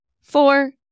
four